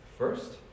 First